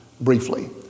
briefly